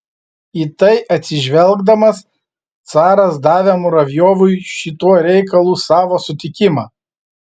į tai atsižvelgdamas caras davė muravjovui šituo reikalu savo sutikimą